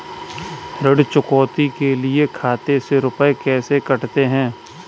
ऋण चुकौती के लिए खाते से रुपये कैसे कटते हैं?